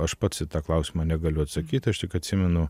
aš pats į tą klausimą negaliu atsakyti aš tik atsimenu